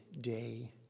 day